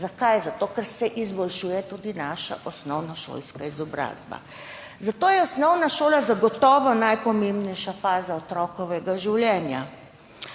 Zakaj? Zato, ker se izboljšuje tudi naša osnovnošolska izobrazba. Zato je osnovna šola zagotovo najpomembnejša faza otrokovega življenja.